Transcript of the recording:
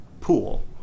pool